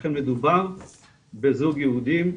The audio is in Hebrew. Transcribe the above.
שאכן מדובר בזוג יהודיים,